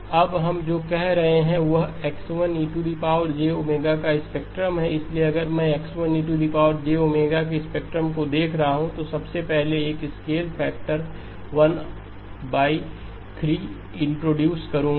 अब हम जो कह रहे हैं वह X1 का स्पेक्ट्रम है इसलिए अगर मैं X1 के स्पेक्ट्रम को देख रहा हूं तो सबसे पहले एक स्केल फैक्टर 13 इंट्रोड्यूस करूँगा